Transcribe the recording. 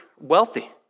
wealthy